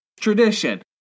tradition